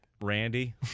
Randy